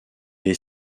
est